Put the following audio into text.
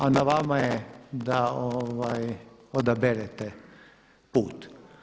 A na vama je da odaberete put.